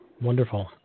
Wonderful